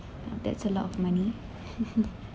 that's a lot of money